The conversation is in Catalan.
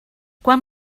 quan